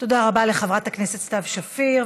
תודה רבה לחברת הכנסת סתיו שפיר.